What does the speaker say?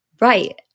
Right